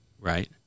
right